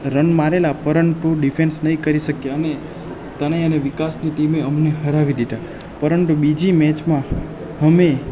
run મારેલા પરંતુ defence નહીં કરી શક્યો અને તનય અને વિકાસની ટીમે અમને હરાવી દીધા પરંતુ બીજી મેચમાં અમે